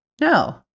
No